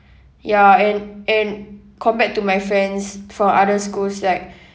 ya and and compared to my friends from other schools like